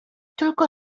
tylko